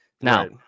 Now